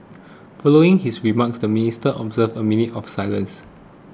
following his remarks the Ministers observed a minute of silence